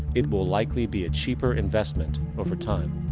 it will likely be a cheaper investment over time.